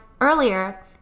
earlier